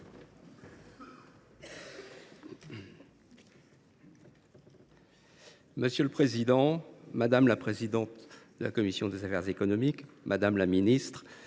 Monsieur le président, madame la présidente de la commission des affaires économiques, messieurs